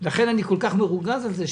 אני כל כך מרוגז על זה,